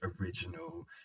original